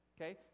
Okay